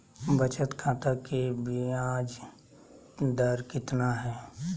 बचत खाता के बियाज दर कितना है?